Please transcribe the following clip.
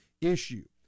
issue